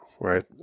right